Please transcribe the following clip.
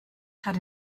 had